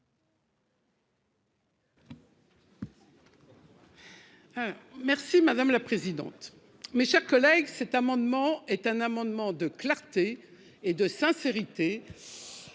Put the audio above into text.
Merci madame la présidente. Mes chers collègues. Cet amendement est un amendement de clarté et de sincérité.